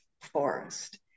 forest